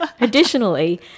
additionally